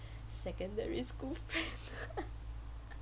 secondary school friend